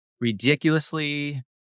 ridiculously